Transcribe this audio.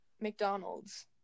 McDonald's